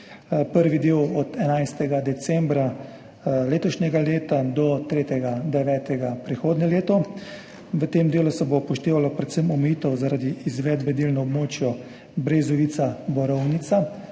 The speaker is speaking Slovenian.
Prvi del od 11. decembra letošnjega leta do 3. septembra prihodnje leto. V tem delu se bo upoštevalo predvsemomejitev zaradi izvedbe del na območju Brezovica–Borovnica.